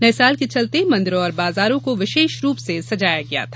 नये साल के चलते मंदिरों और बाजारों को विशेष रूप से सजाया गया था